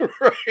Right